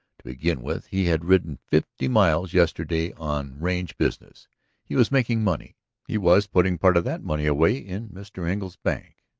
to begin with he had ridden fifty miles yesterday on range business he was making money he was putting part of that money away in mr. engle's bank.